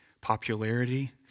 popularity